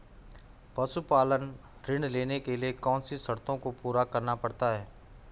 पशुपालन ऋण लेने के लिए कौन सी शर्तों को पूरा करना पड़ता है?